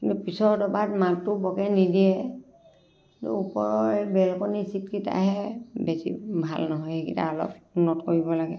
কিন্তু পিছৰ দবাত মাতটো বৰকৈ নিদিয়ে কিন্তু ওপৰৰ এই বেলকনী চীটকেইটাহে বেছি ভাল নহয় সেইকেইটা অলপ উন্নত কৰিব লাগে